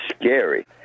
scary